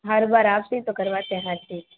हर बार आप से ही तो करवातें हैं हर चीज़